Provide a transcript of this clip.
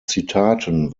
zitaten